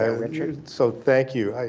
ah richard. so thank you.